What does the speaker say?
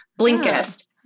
Blinkist